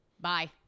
Bye